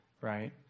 right